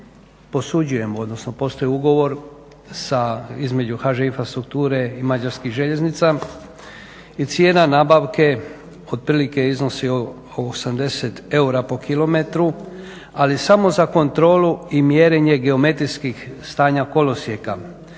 posuđujemo odnosno postoji ugovor između HŽ Infrastrukture i Mađarskih željeznica i cijena nabavke otprilike iznosi 80 eura po kilometru ali samo za kontrolu i mjerenje geometrijskih stanja kolosijeka,